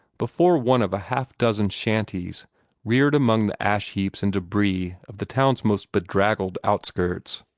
before one of a half dozen shanties reared among the ash-heaps and debris of the town's most bedraggled outskirts.